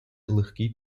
легкий